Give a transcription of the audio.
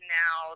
now